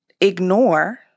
ignore